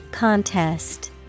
Contest